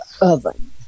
oven